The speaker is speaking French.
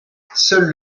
seul